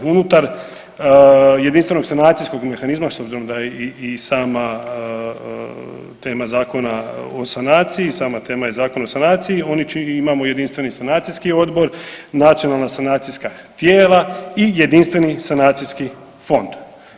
Unutar jedinstvenog sanacijskog mehanizma s obzirom da je i sama tema Zakona o sanaciji, sama tema je Zakon o sanaciji imamo Jedinstveni sanacijski odbor, nacionalna sanacijska tijela i Jedinstveni sanacijski fond.